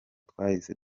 twahise